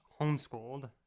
homeschooled